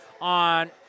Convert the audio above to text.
on